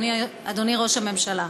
אדוני ראש הממשלה,